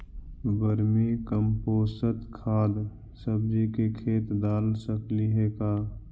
Vermi compost खाद सब्जी के खेत दाल सकली हे का?